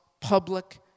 public